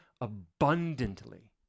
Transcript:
abundantly